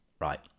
Right